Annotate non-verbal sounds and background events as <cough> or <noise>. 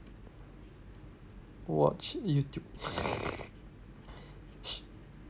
watch Youtube <breath>